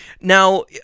Now